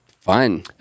Fun